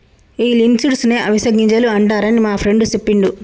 ఈ లిన్సీడ్స్ నే అవిసె గింజలు అంటారని మా ఫ్రెండు సెప్పిండు